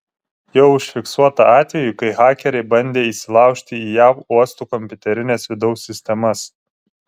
jau užfiksuota atvejų kai hakeriai bandė įsilaužti į jav uostų kompiuterines vidaus sistemas